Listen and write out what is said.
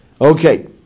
Okay